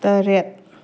ꯇꯔꯦꯠ